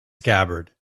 scabbard